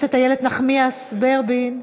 הכנסת איילת נחמיאס ורבין,